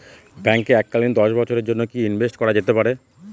ব্যাঙ্কে এককালীন দশ বছরের জন্য কি ইনভেস্ট করা যেতে পারে?